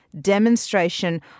demonstration